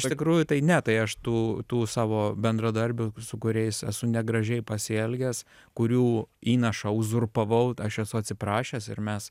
iš tikrųjų tai ne tai aš tų tų savo bendradarbių su kuriais esu negražiai pasielgęs kurių įnašą uzurpavau aš esu atsiprašęs ir mes